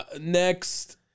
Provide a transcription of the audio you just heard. Next